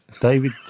David